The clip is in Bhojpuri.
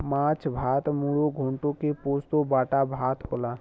माछ भात मुडो घोन्टो के पोस्तो बाटा भात होला